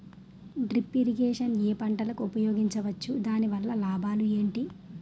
Drip irrigation ఏ పంటలకు ఉపయోగించవచ్చు? దాని వల్ల లాభాలు ఏంటి?